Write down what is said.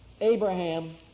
Abraham